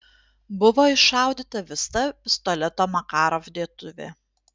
buvo iššaudyta visa pistoleto makarov dėtuvė